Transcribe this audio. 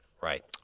Right